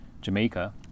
Jamaica